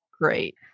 great